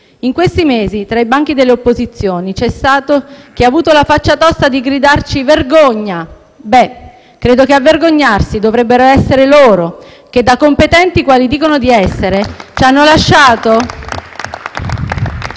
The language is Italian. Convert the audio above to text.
In questi mesi, tra i banchi delle opposizioni, c'è stato chi ha avuto la faccia tosta di gridarci «Vergogna!». Beh, credo che a vergognarsi dovrebbero essere loro *(Applausi dal Gruppo M5S)*, che - da competenti quali dicono di essere - ci hanno lasciato